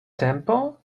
tempo